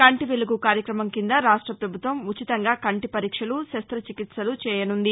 కంటి వెలుగు కార్యక్రమం కింద రాష్ట ప్రభుత్వం ఉచితంగా కంటి పరీక్షలు శస్త్రచికిత్పలు చేయనుంది